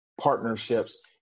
partnerships